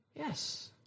Yes